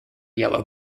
yellow